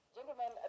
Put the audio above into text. Gentlemen